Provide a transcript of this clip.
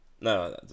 no